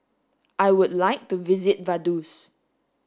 I would like to visit Vaduz